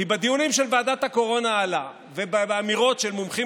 כי בדיונים של ועדת הקורונה ובאמירות של מומחים